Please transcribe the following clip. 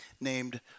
named